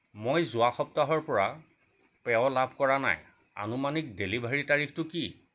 মই যোৱা সপ্তাহৰ পৰা পেয় লাভ কৰা নাই আনুমানিক ডেলিভাৰীৰ তাৰিখটো কি